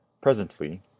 Presently